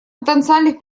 потенциальных